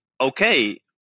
okay